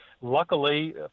luckily